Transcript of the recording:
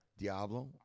Diablo